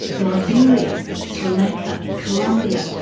liberia, sri lanka, columbia,